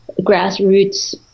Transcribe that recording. grassroots